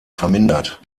vermindert